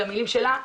אלו המילים שלה,